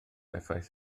effaith